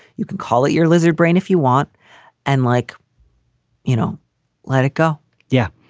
you can call it your lizard brain if you want and like you know latika yeah,